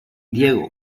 diego